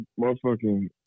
motherfucking